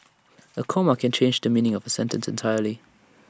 A comma can change the meaning of A sentence entirely